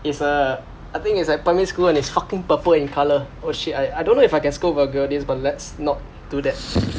it's uh I think it's like primary school and it's fucking purple in colour oh shit I I don't know if I can scold vulgarities but let's not do that